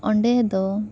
ᱚᱸᱰᱮ ᱫᱚ